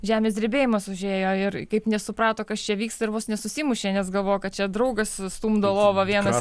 žemės drebėjimas užėjo ir kaip nesuprato kas čia vyksta ir vos nesusimušė nes galvojo kad čia draugas sustumdo lovą vienas